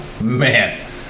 Man